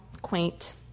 quaint